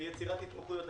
ביצירת התמחויות.